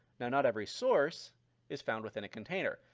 now, not every source is found within a container,